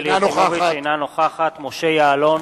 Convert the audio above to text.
אינה נוכחת משה יעלון,